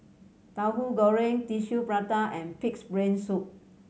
Tahu Goreng Tissue Prata and Pig's Brain Soup